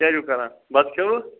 کیاہ چھو کران بَتہٕ کھیٚووٕ